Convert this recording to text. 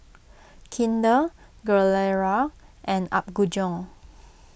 Kinder Gilera and Apgujeong